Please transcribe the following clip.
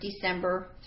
December